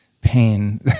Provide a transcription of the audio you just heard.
pain